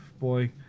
boy